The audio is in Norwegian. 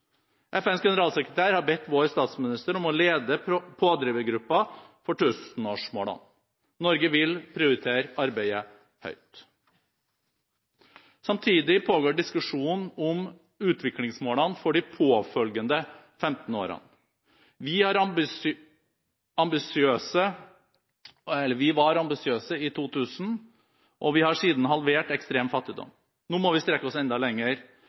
FNs generalsekretær har bedt vår statsminister om å lede pådrivergruppen for tusenårsmålene. Norge vil prioritere arbeidet høyt. Samtidig pågår diskusjonen om utviklingsmålene for de påfølgende 15 årene. Vi var ambisiøse i 2000, og vi har siden halvert ekstrem fattigdom. Nå må vi strekke oss enda lenger